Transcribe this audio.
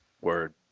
word